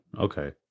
Okay